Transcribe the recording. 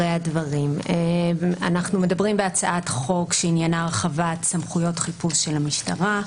אנחנו מדברים על הצעת חוק שעניינה הרחבת סמכויות חיפוש של המשטרה.